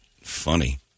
funny